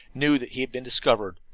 knew that he had been discovered,